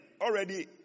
Already